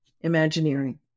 Imagineering